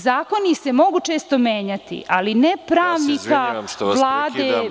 Zakoni se mogu često menjati, ali ne pravnika, Vlade…